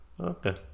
Okay